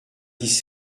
dix